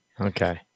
Okay